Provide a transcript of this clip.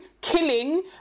killing